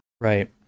Right